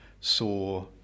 saw